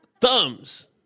Thumbs